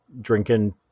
drinking